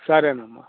సరేనమ్మా